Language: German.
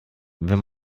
wenn